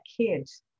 kids